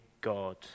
God